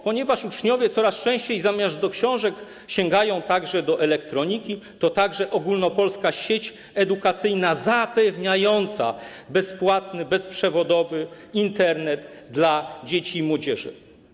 Ponieważ uczniowie coraz częściej zamiast do książek sięgają także do elektroniki, to jest również Ogólnopolska Sieć Edukacyjna zapewniająca bezpłatny, bezprzewodowy Internet dla dzieci i młodzieży.